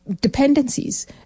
dependencies